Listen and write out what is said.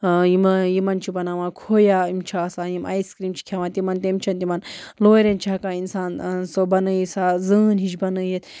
یِمہٕ یِمَن چھِ بناوان کھویا یِم چھِ آسان یِم آیِس کرٛیٖم چھِ کھٮ۪وان تِمَن تِم چھِ تِمَن لورٮ۪ن چھِ ہٮ۪کان اِنسان سُہ بنٲیِتھ سۄ زٲن ہِش بنٲیِتھ